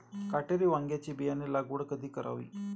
काटेरी वांग्याची बियाणे लागवड कधी करावी?